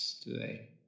today